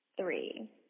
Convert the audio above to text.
three